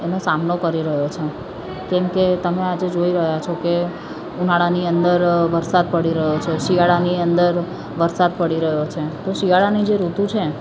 એનો સામનો કરી રહ્યો છે કેમ કે તમે આજે જોઈ રહ્યાં છો કે ઉનાળાની અંદર વરસાદ પડી રહ્યો છે શિયાળાની અંદર વરસાદ પડી રહ્યો છે તો શિયાળાની જે ઋતુ છે